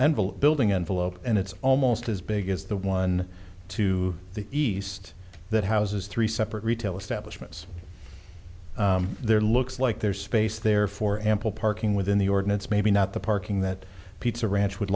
bill building envelope and it's almost as big as the one to the east that houses three separate retail establishments there looks like there is space there for ample parking within the ordinance maybe not the parking that pizza ranch would